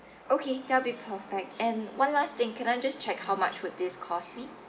okay that'll be perfect and one last thing can I just check how much would this cost me